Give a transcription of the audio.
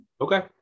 Okay